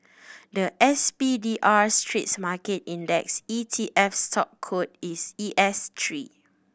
the S P D R Straits Market Index E T F stock code is E S three